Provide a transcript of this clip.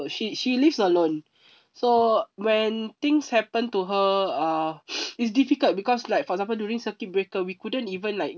so she she lives alone so when things happen to her uh it's difficult because like for example during circuit breaker we couldn't even like